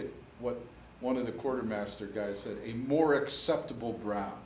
it what one of the quartermaster guys said in more acceptable brown